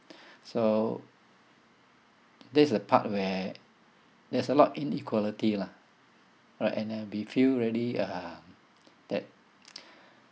so this is the part where there's a lot inequality lah right and there'll be few really uh that